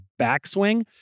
backswing